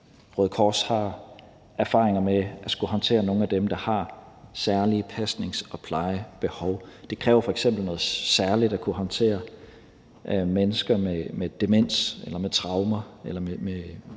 Røde Kors har erfaringer med at skulle håndtere nogle af dem, der har særlige pasnings- og plejebehov. Det kræver f.eks. noget særligt at kunne håndtere mennesker med demens eller med traumer eller med